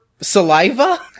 saliva